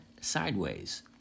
Sideways